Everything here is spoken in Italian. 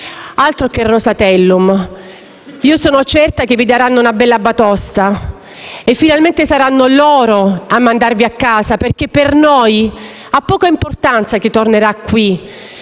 altro che Rosatellum: sono certa che vi daranno una bella batosta e finalmente saranno loro a mandarvi a casa. Per noi ha poca importanza chi tornerà qui,